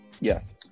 Yes